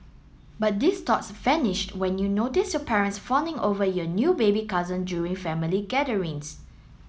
but these thoughts vanished when you notice your parents fawning over your new baby cousin during family gatherings